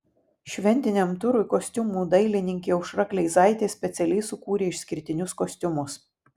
šventiniam turui kostiumų dailininkė aušra kleizaitė specialiai sukūrė išskirtinius kostiumus